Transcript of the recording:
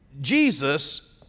Jesus